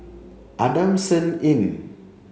Adamson Inn